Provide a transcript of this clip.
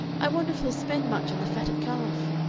i wonder if he'll spend much on the fatted calf.